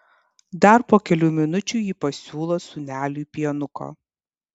dar po kelių minučių ji pasiūlo sūneliui pienuko